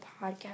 podcast